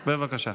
בבקשה.